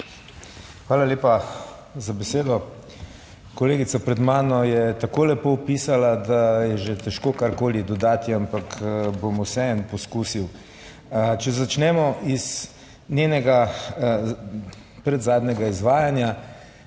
Hvala lepa za besedo. Kolegica pred mano je tako lepo opisala, da je že težko karkoli dodati, ampak bom vseeno poskusil. Če začnemo iz njenega predzadnjega izvajanja,